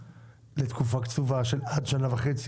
לתקופה קצובה של עד שנה וחצי,